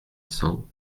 cent